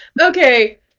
okay